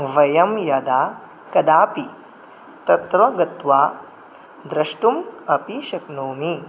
वयं यदा कदापि तत्र गत्वा द्रष्टुम् अपि शक्नोमि